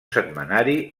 setmanari